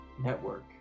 network